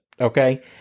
Okay